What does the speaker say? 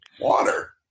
water